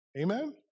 Amen